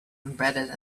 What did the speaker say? embedded